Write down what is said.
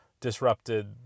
disrupted